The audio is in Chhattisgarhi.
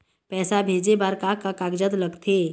पैसा भेजे बार का का कागजात लगथे?